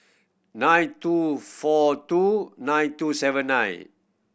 nine two four two nine two seven nine